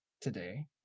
today